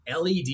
LED